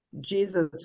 Jesus